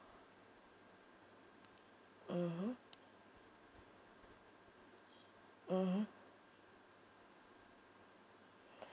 mmhmm mmhmm